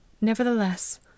Nevertheless